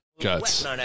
Guts